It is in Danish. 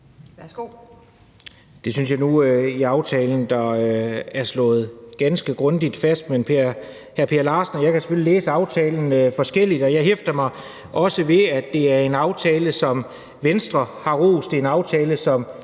(S): Det synes jeg nu er slået ganske grundigt fast i aftalen, men hr. Per Larsen og jeg kan selvfølgelig læse aftalen forskelligt. Jeg hæfter mig også ved, at det er en aftale, som Venstre har rost. Det er en aftale, som